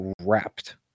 wrapped